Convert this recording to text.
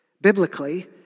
Biblically